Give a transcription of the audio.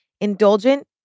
Indulgent